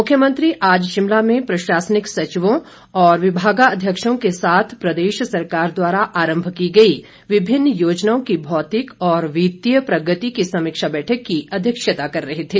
मुख्यमंत्री आज शिमला में प्रशासनिक सचिवों और विभागाध्यक्षों के साथ प्रदेश सरकार द्वारा आरंभ की गई विभिन्न योजनाओं की भौतिक और वित्तीय प्रगति की समीक्षा बैठक की अध्यक्षता कर रहे थे